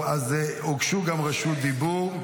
הוגשו גם בקשות רשות דיבור.